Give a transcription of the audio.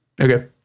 Okay